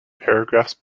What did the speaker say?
paragraphs